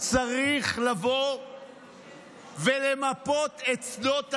צריך לבוא ולמפות את שדות הדיג,